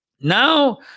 now